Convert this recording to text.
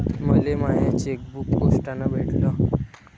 मले माय चेकबुक पोस्टानं भेटल